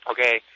Okay